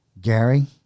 Gary